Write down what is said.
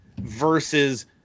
versus